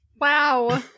Wow